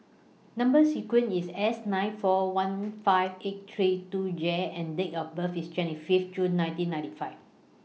Number sequence IS S nine four one five eight three two J and Date of birth IS twenty five June nineteen ninety five